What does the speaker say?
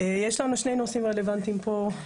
יש לנו שני נושאים רלוונטיים פה.